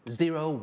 zero